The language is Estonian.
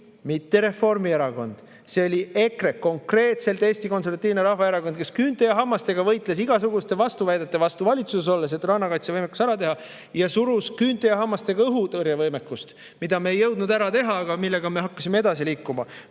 Mitte Reformierakond, see oli EKRE, konkreetselt Eesti Konservatiivne Rahvaerakond, kes küünte ja hammastega võitles valitsuses olles igasuguste vastuväidete vastu, et rannakaitsevõimekus ära teha. Ta surus küünte ja hammastega õhutõrjevõimekust, mida me ei jõudnud ära teha, aga millega me hakkasime edasi liikuma.